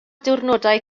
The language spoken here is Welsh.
diwrnodau